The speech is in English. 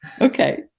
Okay